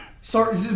sorry